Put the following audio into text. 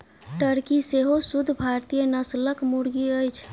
Turkey सेहो शुद्ध भारतीय नस्लक मुर्गी अछि